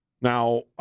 Now